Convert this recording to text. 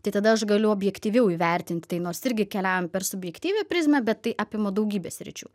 tai tada aš galiu objektyviau įvertint tai nors irgi keliaujam per subjektyvią prizmę bet tai apima daugybę sričių